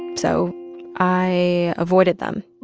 and so i avoided them,